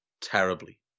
terribly